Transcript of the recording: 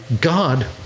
God